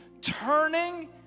turning